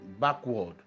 backward